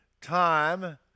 Time